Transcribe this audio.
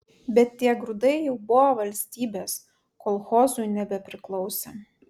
bet tie grūdai jau buvo valstybės kolchozui nebepriklausė